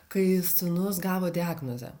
kai sūnus gavo diagnozę